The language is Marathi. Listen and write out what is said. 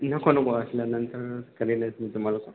नको नको असल्यानंतर कमी नाही मी तुम्हाला सांगतो